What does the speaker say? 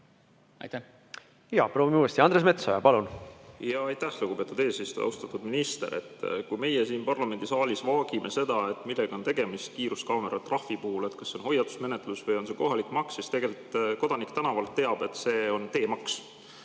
palun! Proovime uuesti. Andres Metsoja, palun! Aitäh, lugupeetud eesistuja! Austatud minister! Kui meie siin parlamendisaalis vaagime, millega on tegemist kiiruskaameratrahvi puhul, kas see on hoiatusmenetlus või on see kohalik maks, siis tegelikult kodanik tänavalt teab, et see on teemaks.